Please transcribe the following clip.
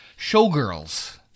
showgirls